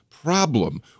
problem